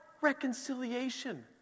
Reconciliation